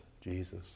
Jesus